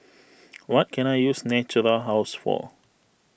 what can I use Natura House for